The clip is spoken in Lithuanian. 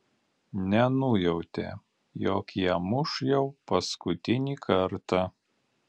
nenujautė jog ją muš jau paskutinį kartą